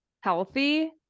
healthy